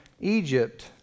Egypt